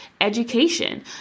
education